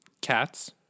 Cats